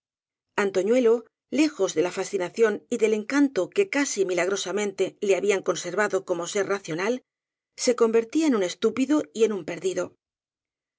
dado antoñuelo lejos de la fas cinación y del encanto que casi milagrosamente le habían conservado como ser racional se convertía en un estúpido y en un perdido